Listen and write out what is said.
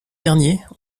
derniers